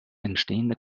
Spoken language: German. entstehenden